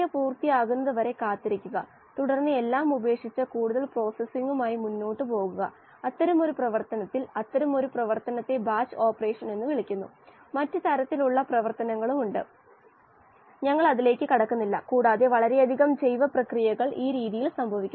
സമതുലിതാവസ്ഥയിലുള്ള വക്രത്തെ ഓർമിച്ചാൽ സാധാരണഗതിയിൽ ഇവിടെ yAi ഒരു ഭാഗത്ത് ഒരു ഘട്ടത്തിന്റെ മോൾ ഫ്രാക്ഷനും മറ്റേ ഭാഗത്ത് വേറൊരു ഘട്ടത്തിന്റെ മോൾ ഫ്രാക്ഷനും ആണ് ഇത് സാധാരണയായി ഒരു വക്രമാണ് ചില ഭാഗത്ത് വക്രം ഒരു നേർരേഖയായി കണക്കാക്കാം